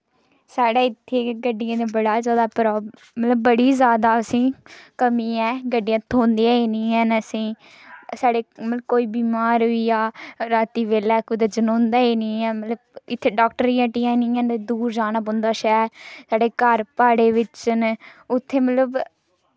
साढ़ा इत्थै गड्डियां दा बड़ा जैदा प्रॉब्लम मतलब बड़ी जैदा असें ई कमी ऐ गड्डियां थ्होंदियां निं हैन असें ई साढ़े मतलब कोई बमार होई गेआ रातीं बेल्लै मतलब कुतै जनोंदा निं ऐ ते इत्थै डॉक्टरें दियां हट्टियां निं हैन दूर जाना पौंदा शैह्र साढ़े घर प्हाड़ें बिच न उत्थै मतलब